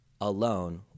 alone